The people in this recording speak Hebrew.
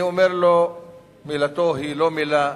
אני אומר: מילתו היא לא מלה,